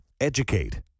educate